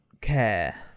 care